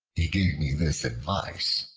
he gave me this advice,